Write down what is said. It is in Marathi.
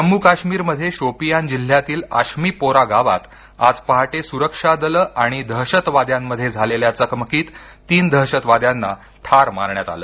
जम्मू काश्मीर मध्ये शोपियान जिल्ह्यातील आम्शिपोरा गावात आज पहाटे सुरक्षा दलं आणि दहशतवाद्यांमध्ये झालेल्या चकमकीत तीन दहशतवाद्यांना ठार मारण्यात आलं